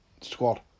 squad